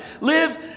Live